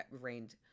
rained